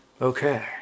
Okay